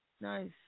Nice